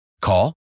Call